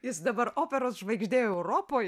jis dabar operos žvaigždė europoj